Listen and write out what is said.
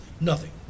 Nothing